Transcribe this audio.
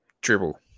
dribble